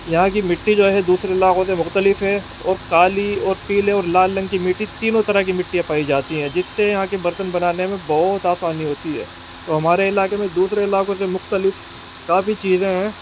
یہاں کی مٹی جو ہے دوسرے علاقوں سے مختلف ہے اور کالی اور پیلے اور لال رنگ کی مٹی تینوں طرح کی مٹیاں پائی جاتی ہیں جس سے یہاں کے برتن بنانے میں بہت آسانی ہوتی ہے تو ہمارے علاقے میں دوسرے علاقوں سے مختلف کافی چیزیں ہیں